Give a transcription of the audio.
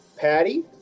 Patty